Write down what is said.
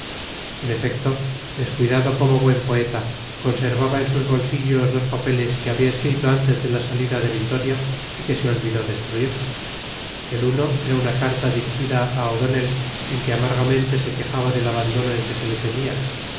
en efecto descuidado como buen poeta conservaba en sus bolsillos dos papeles que había escrito antes de la salida de vitoria y que se olvidó destruir el uno era una carta dirigida a o'donnell en que amargamente se quejaba del abandono en que se le tenía